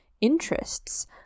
interests